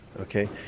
okay